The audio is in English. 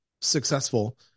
successful